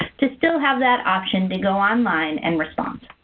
ah to still have that option to go online and respond.